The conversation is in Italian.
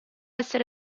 essere